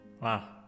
wow